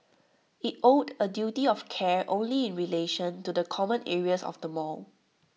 IT owed A duty of care only in relation to the common areas of the mall